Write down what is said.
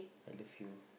I love you